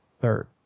Third